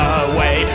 away